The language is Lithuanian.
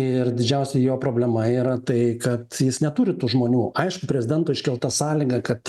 ir didžiausia jo problema yra tai kad jis neturi tų žmonių aišku prezidento iškelta sąlyga kad